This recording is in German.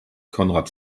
konrad